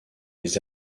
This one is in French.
les